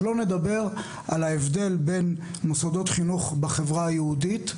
שלא נדבר על ההבדל בין מוסדות חינוך בחברה היהודית,